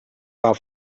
war